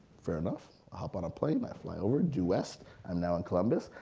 fair enough, i hop on a plane, i fly over, due west, i'm now in columbus,